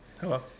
Hello